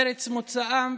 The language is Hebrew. ארץ מוצאם,